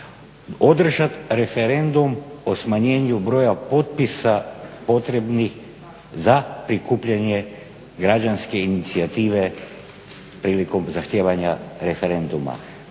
održat referendum o smanjenju broja potpisa potrebnih za prikupljanje građanske inicijative prilikom zahtijevanja referenduma.